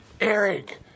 Eric